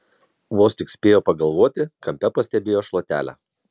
vos tik spėjo pagalvoti kampe pastebėjo šluotelę